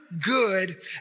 good